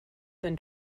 than